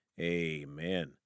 amen